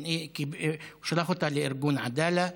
הוא שלח אותה לארגון עדאלה.